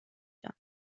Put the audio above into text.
جان